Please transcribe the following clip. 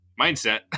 mindset